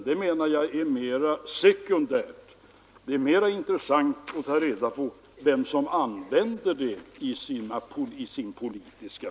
Hur känner sig herr Sträng, frågar herr Burenstam Linder, mån om mitt allmänna hälsotillstånd.